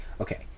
okay